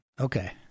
Okay